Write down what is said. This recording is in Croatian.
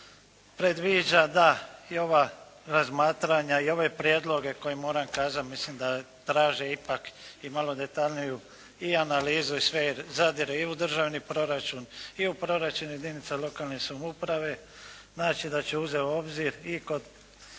predviđa da i ova razmatranja i ove prijedloge koje moram kazat, mislim da traže ipak i malo detaljniju analizu. I sve zadire u državni proračun i u proračun jedinica lokalne samouprave. Znači da će uzeti u obzir i kod